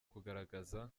kugaragaza